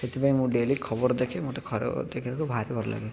ସେଥିପାଇଁ ମୁଁ ଡେଲି ଖବର ଦେଖେ ମତେ ଦେଖିବାକୁ ଭାରି ଭଲ ଲାଗେ